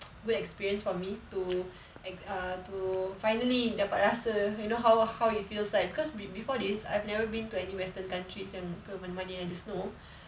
good experience for me to err to finally dapat rasa you know how how it feels like because be~ before this I've never been to any western countries and yang ke mana-mana yang ada snow